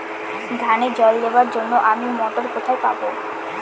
ধানে জল দেবার জন্য আমি মটর কোথায় পাবো?